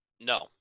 No